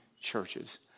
churches